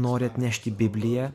nori atnešti bibliją